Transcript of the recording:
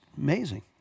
amazing